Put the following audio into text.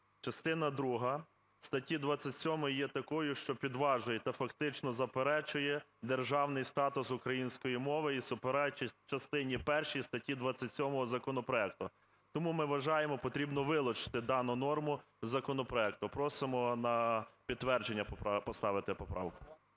Частина друга статті 27 є такою, що підважує та фактично заперечує державний статус української мови і суперечить частині першій статті 27 законопроекту. Тому ми вважаємо, потрібно вилучити дану норму із законопроекту. Просимо на підтвердження поставити поправку.